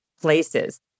places